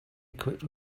equipped